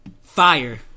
fire